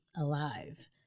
alive